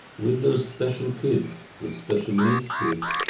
with those special kids, those special needs kids,